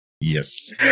Yes